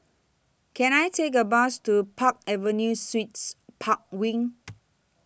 Can I Take A Bus to Park Avenue Suites Park Wing